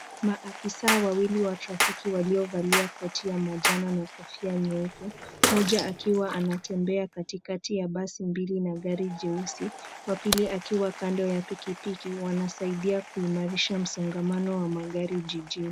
Maafisa wawili wa trafiki waliovalia koti la manjano na kofia nyeupe. Moja akiwa anatembea katikati ya basi mbili na gari jeusi wa pili akiwa kando ya pikipiki, wanasaidia kuimarisha msongamano wa magari jijini.